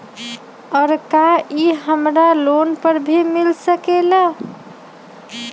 और का इ हमरा लोन पर भी मिल सकेला?